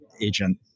agent